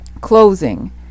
closing